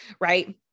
Right